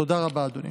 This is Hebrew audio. תודה רבה, אדוני.